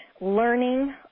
learning